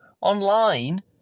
online